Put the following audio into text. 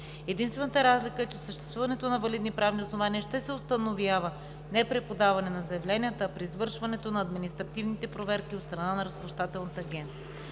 Единствената разлика е, че съществуването на валидни правни основания ще се установява не при подаването на заявленията, а при извършването на административните проверки от страна на Разплащателната агенция.